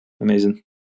Amazing